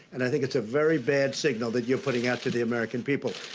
and i think it's a very bad signal that you're putting out to the american people.